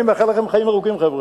אני מאחל לכם חיים ארוכים, חבר'ה,